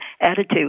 attitude